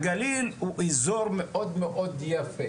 הגליל הוא אזור מאוד מאוד יפה,